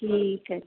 ठीक है